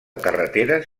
carreteres